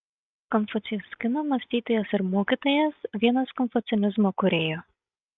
konfucijus kinų mąstytojas ir mokytojas vienas konfucianizmo kūrėjų